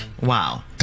Wow